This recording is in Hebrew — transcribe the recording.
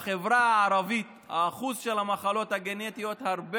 בחברה הערבית שיעור המחלות הגנטיות הרבה